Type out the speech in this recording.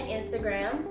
Instagram